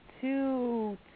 two